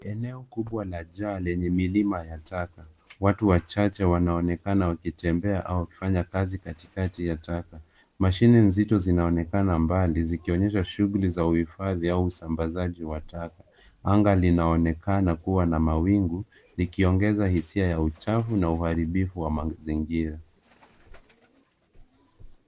Eneo kubwa la jaa lenye milima ya taka. Watu wachache wanaonekana wakitembea au wakifanya kazi katikati ya taka. Mashine nzito zinaonekana mbali, zikionyesha shughuli za uhifadhi au usambazaji wa taka. Anga linaonekana kuwa na mawingu, likiongeza hisia ya uchafu na uharibifu wa mazingira.